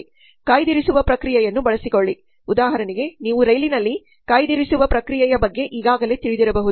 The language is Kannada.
ಕಾಯ್ದಿರಿಸುವ ಪ್ರಕ್ರಿಯೆಯನ್ನು ಬಳಸಿಕೊಳ್ಳಿ ಉದಾಹರಣೆಗೆ ನೀವು ರೈಲಿನಲ್ಲಿ ಕಾಯ್ದಿರಿಸುವ ಪ್ರಕ್ರಿಯೆಯ ಬಗ್ಗೆ ಈಗಾಗಲೇ ತಿಳಿದಿರಬಹುದು